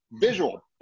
Visual